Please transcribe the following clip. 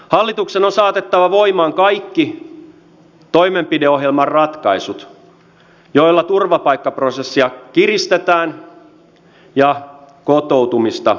hallituksen on saatettava voimaan kaikki toimenpideohjelman ratkaisut joilla turvapaikkaprosessia kiristetään ja kotoutumista edistetään